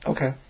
Okay